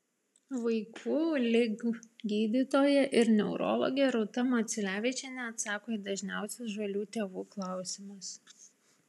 vaikų lig gydytoja ir neurologė rūta maciulevičienė atsako į dažniausius žalių tėvų klausimus